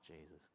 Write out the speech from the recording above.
Jesus